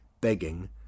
begging